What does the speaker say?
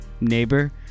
neighbor